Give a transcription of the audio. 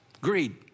greed